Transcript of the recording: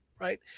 right